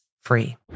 free